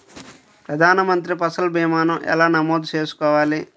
ప్రధాన మంత్రి పసల్ భీమాను ఎలా నమోదు చేసుకోవాలి?